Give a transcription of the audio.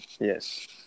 Yes